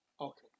Okay